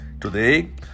Today